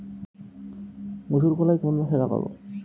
মুসুরকলাই কোন মাসে লাগাব?